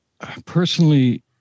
personally